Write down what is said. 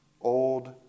old